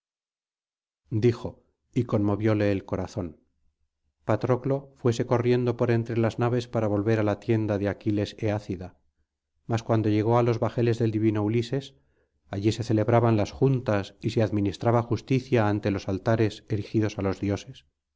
dijo y conmovióle el corazón patroclo fuese corriendo por entre las naves para volver á la tienda de aquiles eácida mas cuando llegó á los bajeles del divino ulises allí se celebraban las juntas y se administraba justicia ante los altares erigidos á los dioses